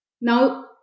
Now